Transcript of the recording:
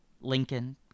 Lincoln